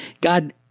God